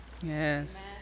Yes